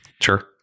Sure